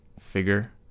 figure